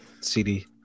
CD